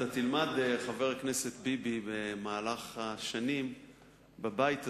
אתה תלמד, חבר הכנסת ביבי, במהלך השנים בבית הזה,